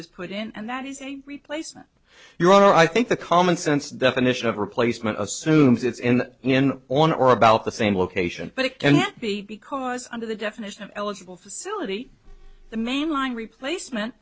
is put in and that is a replacement you know i think the common sense definition of replacement assumes it's in in on or about the same location but it can't be because under the definition of eligible facility the mainline replacement